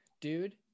Dude